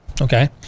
Okay